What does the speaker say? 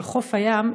של חוף הים,